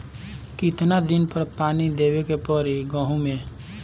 कितना दिन पर पानी देवे के पड़ी गहु में?